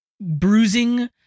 bruising